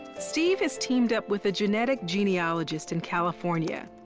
steve has teamed up with a genetic genealogist in california,